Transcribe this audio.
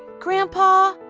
grandpa,